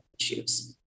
issues